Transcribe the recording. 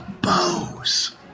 Bows